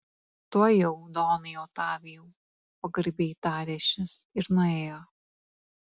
tuojau donai otavijau pagarbiai tarė šis ir nuėjo